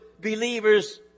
believers